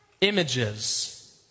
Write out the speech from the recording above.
images